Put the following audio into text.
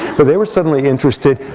but they were suddenly interested.